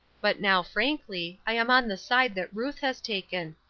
but now, frankly, i am on the side that ruth has taken.